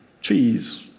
cheese